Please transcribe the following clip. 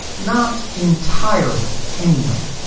not entirely, anyway.